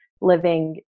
living